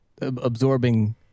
absorbing